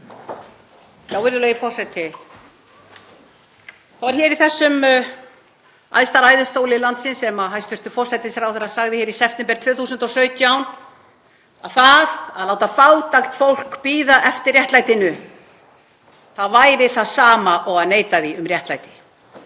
Virðulegi forseti. Það var hér í þessum æðsta ræðustóli landsins sem hæstv. forsætisráðherra sagði, í september 2017, að það að láta fátækt fólk bíða eftir réttlætinu væri það sama og að neita því um réttlæti.